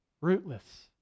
rootless